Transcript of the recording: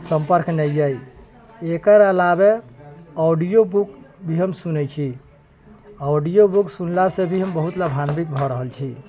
सम्पर्क नहि अइ एकर अलावे ऑडियो बुक भी हम सुनै छी ऑडियो बुक सुनलासँ भी हम बहुत लाभान्वित भऽ रहल छी